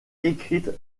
écrite